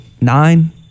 Nine